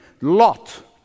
Lot